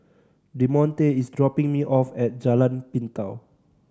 Demonte is dropping me off at Jalan Pintau